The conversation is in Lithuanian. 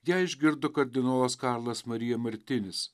ją išgirdo kardinolas karlas marija martinis